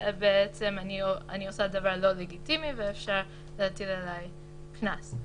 בעצם אני עושה דבר לא לגיטימי ואפשר להטיל עלי קנס.